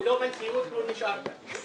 הוא לא בנשיאות והוא נשאר כאן.